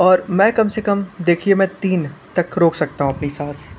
और मैं कम से कम देखिए मैं तीन तक रोक सकता हूँ अपनी साँस